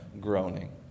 groaning